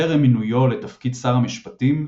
טרם מינויו לתפקיד שר המשפטים,